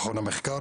מכון מרכז המחקר